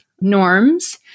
norms